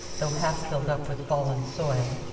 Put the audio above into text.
though half filled up with fallen soil,